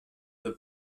the